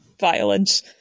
violence